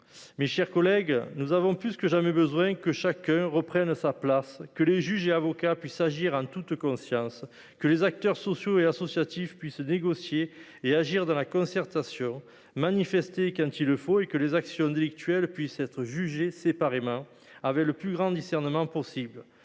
Mes chers collègues, nous avons plus que jamais besoin que chacun reprenne sa place, que les juges et avocats puissent agir en toute conscience, que les acteurs sociaux et associatifs puissent négocier et agir dans la concertation, manifester quand il le faut et que les actions délictuelles puissent être jugées séparément, avec le plus grand discernement possible.